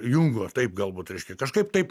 jungo taip galbūt reiškia kažkaip taip